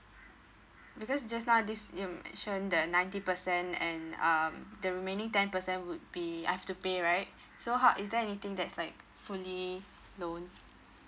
because just now this scheme mention that ninety percent and um the remaining ten percent would be I've to pay right so how is there anything that's like fully loan